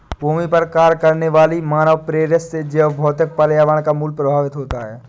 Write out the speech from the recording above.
भूमि पर कार्य करने वाली मानवप्रेरित से जैवभौतिक पर्यावरण का मूल्य प्रभावित होता है